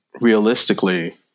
realistically